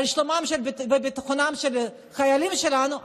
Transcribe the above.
על שלומם וביטחונם של החיילים שלנו,